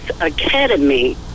Academy